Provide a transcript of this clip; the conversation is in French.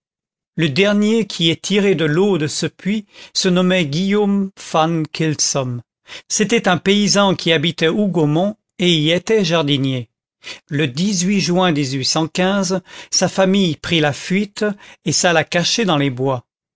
le dernier qui ait tiré de l'eau de ce puits se nommait guillaume van kylsom c'était un paysan qui habitait hougomont et y était jardinier le juin sa famille prit la fuite et s'alla cacher dans les bois